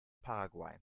paraguay